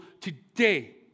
today